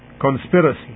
conspiracy